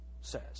says